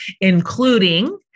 including